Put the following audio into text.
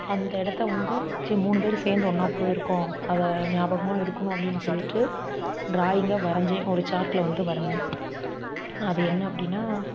அந்த இடத்த வந்து சரி மூணு பேரு சேர்ந்து ஒன்னா போயிருக்கோம் அதை ஞாபகமா இருக்கணும் அப்படின்னு சொல்லிட்டு டிராயிங்கை வரைஞ்சேன் ஒரு சார்ட்டில் வந்து வரைஞ்சேன் அது என்ன அப்படின்னா